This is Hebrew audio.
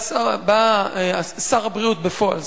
בא שר הבריאות בפועל,